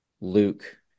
Luke